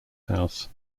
house